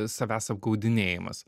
savęs apgaudinėjimas